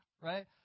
Right